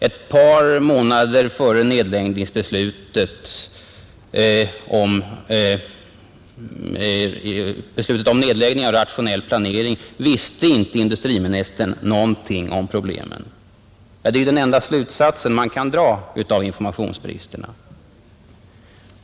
Ett par månader före beslutet om nedläggningen av Rationell Planering visste inte 39 industriministern något om problemet. Det är den enda slutsats man kan dra om informationsbristerna,.